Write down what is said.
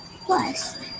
Plus